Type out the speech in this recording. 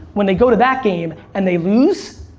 when they go to that game and they lose,